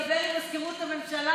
דבר עם מזכירות הממשלה